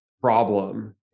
problem